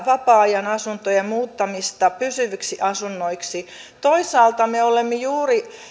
vapaa ajan asuntojen muuttamista pysyviksi asunnoiksi toisaalta me olemme juuri